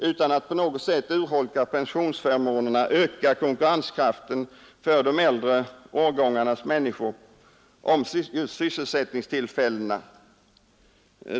Utan att på något sätt urholka pensionsförmånerna skulle en sådan åtgärd öka de äldres möjligheter att konkurrera om sysselsättningstillfällena.